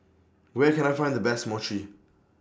Where Can I Find The Best Mochi